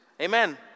Amen